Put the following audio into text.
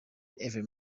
every